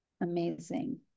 Amazing